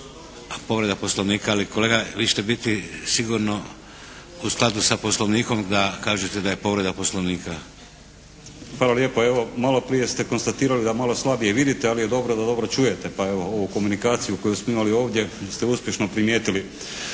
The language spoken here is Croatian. Povreda poslovnika. Ali kolega vi ćete biti sigurno u skladu sa poslovnik da kažete da je povreda poslovnika. **Pecek, Željko (HSS)** Hvala lijepa. Evo maloprije ste konstatirali da malo slabije vidite, ali je dobro da dobro čujete. Pa evo, ovu komunikaciju koju smo imali ovdje ste uspješno primijetili.